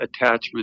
attachment